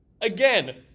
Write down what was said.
again